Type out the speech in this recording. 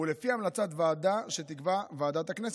ולפי המלצת ועדה שתקבע ועדת הכנסת.